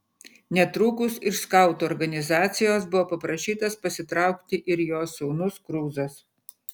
netrukus iš skautų organizacijos buvo paprašytas pasitraukti ir jos sūnus kruzas